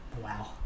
Wow